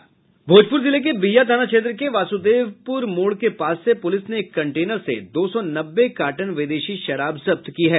भोजप्र जिले के बिहियां थाना क्षेत्र के वासुदेवपूर मोड़ के पास से पूलिस ने एक कंटेनर से दो सौ नब्बे कार्टन विदेशी शराब जब्त की है